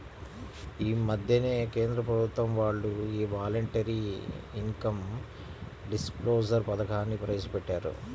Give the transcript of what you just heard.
యీ మద్దెనే కేంద్ర ప్రభుత్వం వాళ్ళు యీ వాలంటరీ ఇన్కం డిస్క్లోజర్ పథకాన్ని ప్రవేశపెట్టారు